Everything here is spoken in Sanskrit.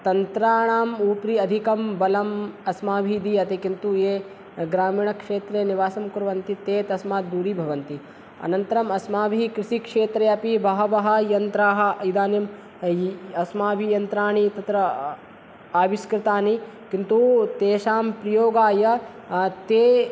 तन्त्राणाम् उपरि अधिकं बलम् अस्माभिः दीयते किन्तु ये ग्रामीणक्षेत्रे निवासं कुर्वन्ति ते तस्मात् दूरीभवन्ति अननन्तरम् अस्माभिः कृषिक्षेत्रे अपि बहवः यन्त्राणि इदानीम् अस्माभिः यन्त्राणि तत्र आविष्कृतानि किन्तु तेषां प्रयोगाय ते